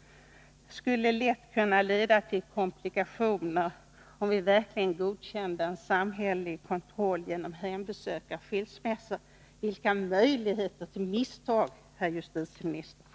— skulle lätt kunna leda till komplikationer, om vi verkligen godkände en samhällelig kontroll genom hembesök vid skilsmässor. Vilka möjligheter till misstag, herr justitieminister!